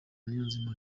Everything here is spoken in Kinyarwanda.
niyonzima